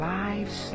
lives